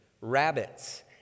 rabbits